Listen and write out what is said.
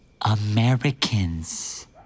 Americans